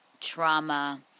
trauma